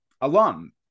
alum